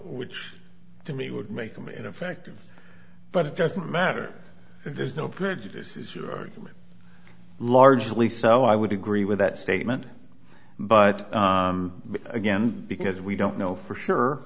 which to me would make them ineffective but it doesn't matter there's no prejudice is your argument largely so i would agree with that statement but again because we don't know for sure